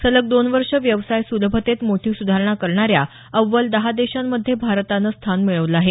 सलग दोन वर्ष व्यवसाय सुलभतेत मोठी सुधारणा करणाऱ्या अव्वल दहा देशांमध्ये भारतानं स्थान मिळवलं आहे